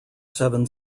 seven